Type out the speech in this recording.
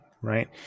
right